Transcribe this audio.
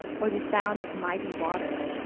or the sound of mighty waters.